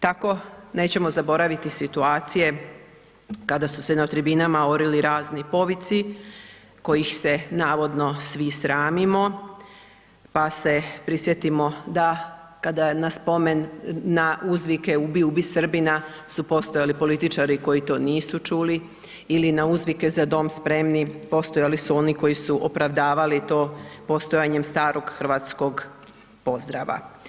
Tako nećemo zaboraviti situacije kada su se na tribina orili razni povici kojih se navodno svi sramimo, pa se prisjetimo da, kada na spomen, na uzvike „Ubi, ubi Srbina“ su postojali političari koji to nisu čuli ili na uzvike „Za dom spremni“ postojali su oni koji su opravdavali to postojanjem starog hrvatskog pozdrava.